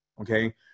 Okay